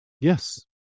Yes